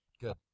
Good